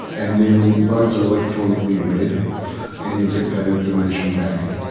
and then those are electronically read and you get that information back,